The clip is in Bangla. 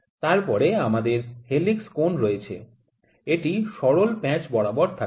তারপরে আমাদের হেলিক্স কোণ রয়েছে এটি সরল প্যাঁচ বরাবর থাকে